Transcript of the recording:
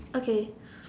okay